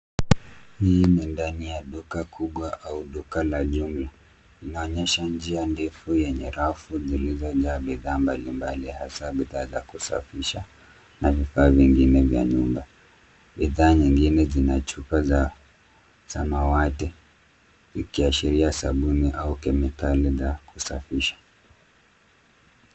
Hii ndani ya duka kubwa au duka la jumla. Inaonyesha njia ndefu yenye rafu zilizojaa bidhaa mbalimbali hasa bidhaa za kusafisha na vifaa vingine vya nyumba. Bidhaa nyingine zina chupa za samawati ikiashiria sabuni au kemikali za kusafisha.